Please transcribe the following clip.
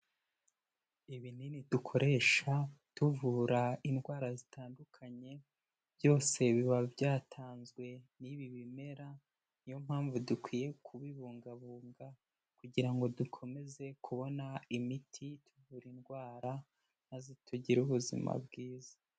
Ibinini dukoresha tuvura indwara zitandukanye byose biba byatanzwe n'ibi bimera niyo mpamvu dukwiye kubibungabunga kugira ngo dukomeze kubona imiti ituvura indwara maze tugire ubuzima bwiza.